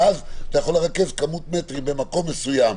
ואז אתה יכול לרכז כמות מטרים במקום מסוים.